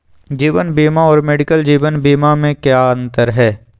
जीवन बीमा और मेडिकल जीवन बीमा में की अंतर है?